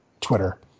Twitter